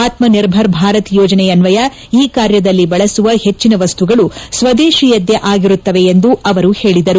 ಆತ್ನ ನಿರ್ಭರ್ ಭಾರತ್ ಯೋಜನೆಯನ್ವಯ ಈ ಕಾರ್ಯದಲ್ಲಿ ಬಳಸುವ ಹೆಚ್ಚಿನ ವಸ್ತುಗಳು ಸ್ತದೇತಿಯದ್ಲೇ ಆಗಿರುತ್ತದೆ ಎಂದು ಅವರು ಹೇಳಿದರು